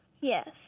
Yes